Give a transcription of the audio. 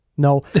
No